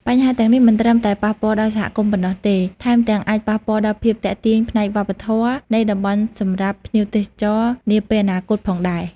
បញ្ហាទាំងនេះមិនត្រឹមតែប៉ះពាល់ដល់សហគមន៍ប៉ុណ្ណោះទេ ថែមទាំងអាចប៉ះពាល់ដល់ភាពទាក់ទាញផ្នែកវប្បធម៌នៃតំបន់សម្រាប់ភ្ញៀវទេសចរនាពេលអនាគតផងដែរ។